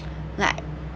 like